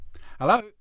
Hello